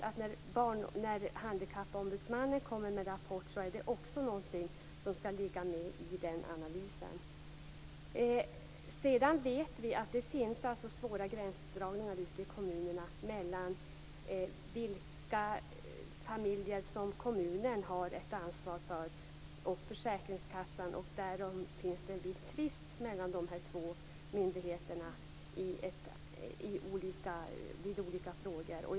Det är klart att när Handikappombudsmannen kommer med en rapport är det också någonting som skall ligga med i analysen. Sedan vet vi att det finns svåra gränsdragningar ute i kommunerna mellan vilka familjer som kommunen respektive försäkringskassan har ett ansvar för, och därom finns det en viss tvist mellan de här två myndigheterna vid olika frågor.